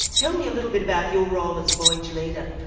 tell me a little bit about your role as voyage leader.